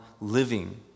living